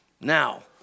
Now